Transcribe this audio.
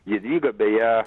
jadvyga beje